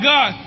God